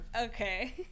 Okay